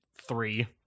three